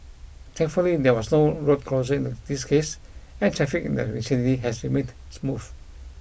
thankfully there was no road closure in this case and traffic in vicinity has remained smooth